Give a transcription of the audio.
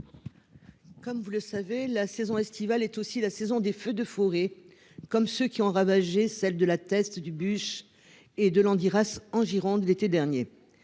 Comme vous le savez, la saison estivale est aussi la saison des feux de forêt comme ceux qui ont ravagé celle de La Teste du bus et de Landiras en Gironde l'été dernier